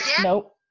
nope